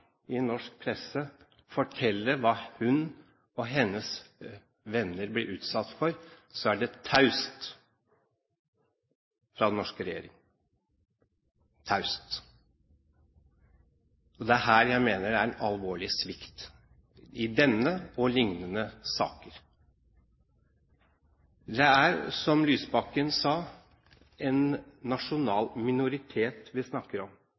i norsk presse og fortelle hva hun og hennes venner blir utsatt for, er det taust fra den norske regjering – taust. Det er her jeg mener det er en alvorlig svikt i denne og lignende saker. Det er, som Lysbakken sa, en nasjonal minoritet vi snakker om.